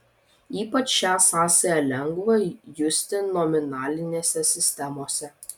ypač šią sąsają lengva justi nominalinėse sistemose